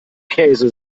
käse